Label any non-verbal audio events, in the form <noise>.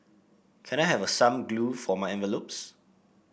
can I have <hesitation> some glue for my envelopes